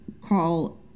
call